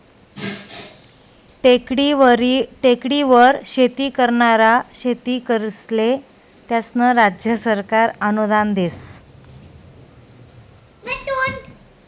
टेकडीवर शेती करनारा शेतकरीस्ले त्यास्नं राज्य सरकार अनुदान देस